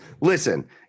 listen